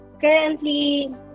currently